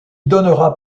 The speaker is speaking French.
donnera